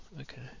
okay